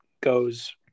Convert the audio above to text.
goes